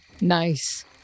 Nice